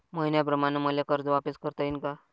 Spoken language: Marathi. मईन्याप्रमाणं मले कर्ज वापिस करता येईन का?